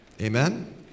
Amen